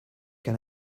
can